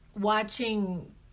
watching